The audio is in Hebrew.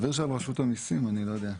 סביר שעם רשות המיסים, אני לא יודע.